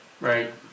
Right